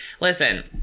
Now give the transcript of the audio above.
Listen